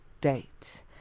date